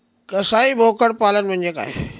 कसाई बोकड पालन म्हणजे काय?